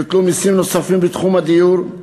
יוטלו מסים נוספים בתחום הדיור.